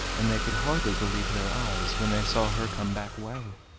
and they could hardly believe their eyes when they saw her come back well.